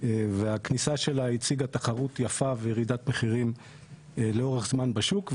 והכניסה שלה הציגה תחרות יפה וירידת מחירים לאורך זמן בשוק,